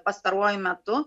pastaruoju metu